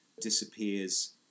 disappears